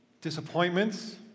disappointments